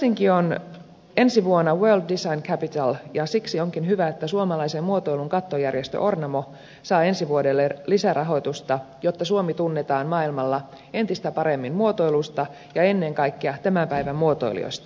helsinki on ensi vuonna world design capital ja siksi onkin hyvä että suomalaisen muotoilun kattojärjestö ornamo saa ensi vuodelle lisärahoitusta jotta suomi tunnetaan maailmalla entistä paremmin muotoilusta ja ennen kaikkea tämän päivän muotoilijoista